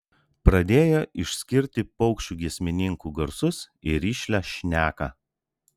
pradėjo išskirti paukščių giesmininkų garsus į rišlią šneką